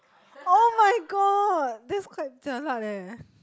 [oh]-my-god that's quite jialat leh